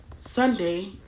Sunday